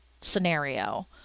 scenario